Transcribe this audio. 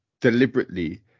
deliberately